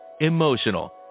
emotional